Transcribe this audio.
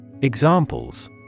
Examples